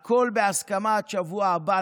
והכול בהסכמה עד השבוע הבא.